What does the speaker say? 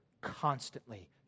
constantly